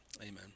Amen